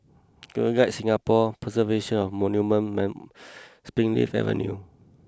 Girl Guides Singapore Preservation of Monuments Springleaf Avenue